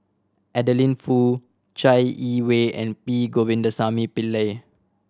Adeline Foo Chai Yee Wei and P Govindasamy Pillai